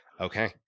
Okay